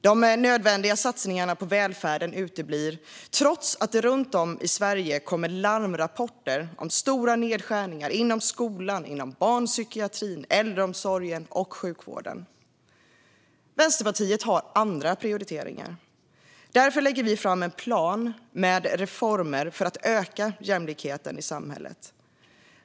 De nödvändiga satsningarna på välfärden uteblir, trots att det runt om i Sverige kommer larmrapporter om stora nedskärningar inom skolan, barnpsykiatrin, äldreomsorgen och sjukvården. Vänsterpartiet har andra prioriteringar. Därför lägger vi fram en plan med reformer för att öka jämlikheten i samhället.